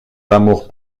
d’amour